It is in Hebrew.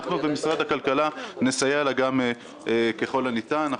אנחנו ומשרד הכלכלה נסייע לה גם ככל הניתן.